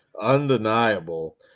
Undeniable